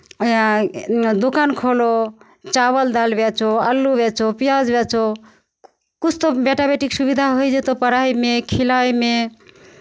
दोकान खोलू चावल दालि बेचू आलू बेचू पियाज बेचू किछु तो बेटा बेटीके सुविधा होय जयतहु पढ़ाइमे खिलाइमे